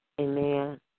Amen